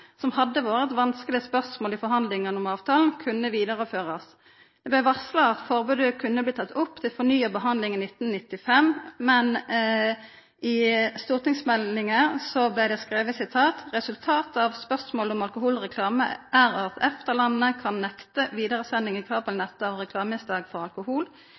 som hadde vore eit vanskeleg spørsmål i forhandlinga om avtalen, kunne vidareførast. Det blei varsla at forbodet kunne bli teke opp til fornya behandling i 1995, men i stortingsproposisjonen blei det skrive: «Resultatet av spørsmålet om alkoholreklame er at EFTA-landene kan nekte videresending i kabelnett av reklameinnslag for alkohol.